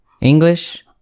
english